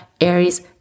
Aries